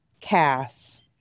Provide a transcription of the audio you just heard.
cass